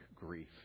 grief